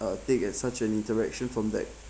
uh take at such an interaction from that